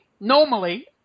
normally